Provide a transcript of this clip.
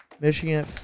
Michigan